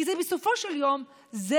כי בסופו של יום זה